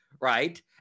right